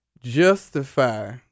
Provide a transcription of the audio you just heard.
justify